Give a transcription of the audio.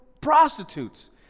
prostitutes